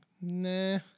Nah